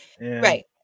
Right